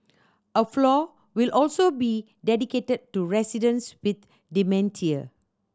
a floor will also be dedicated to residents with dementia